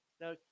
Now